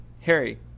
Harry